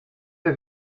der